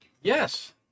Yes